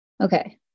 Okay